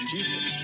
Jesus